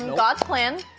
god's plan.